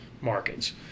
markets